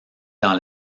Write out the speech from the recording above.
dans